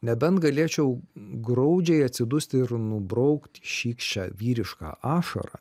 nebent galėčiau graudžiai atsidūsti ir nubraukti šykščią vyrišką ašarą